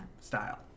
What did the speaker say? style